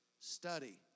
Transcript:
Study